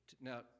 now